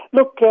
Look